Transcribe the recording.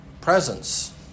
presence